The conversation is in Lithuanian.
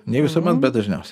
ne visuomet bet dažniausia